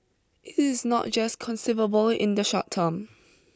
it is not just conceivable in the short term